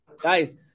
guys